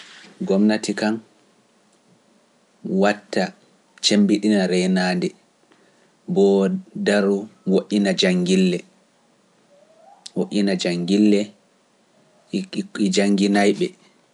Gomnati kan watta cemmbiɗina reenaade, bo daru woƴƴina janngille, woƴƴina janngille jannginaay ɓe.